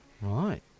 Right